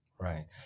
Right